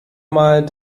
mal